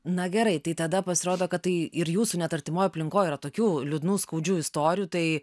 na gerai tada pasirodo kad tai ir jūsų net artimoj aplinkoj yra tokių liūdnų skaudžių istorijų tai